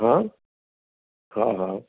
हां हा हा